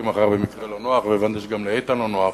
לי מחר במקרה לא נוח והבנתי שגם לאיתן לא נוח,